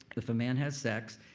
if a man has sex,